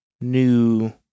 new